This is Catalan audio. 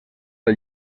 del